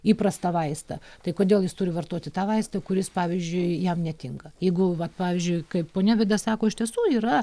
įprastą vaistą tai kodėl jis turi vartoti tą vaistą kuris pavyzdžiui jam netinka jeigu vat pavyzdžiui kaip ponia vida sako iš tiesų yra